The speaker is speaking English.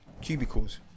cubicles